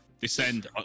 descend